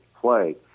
play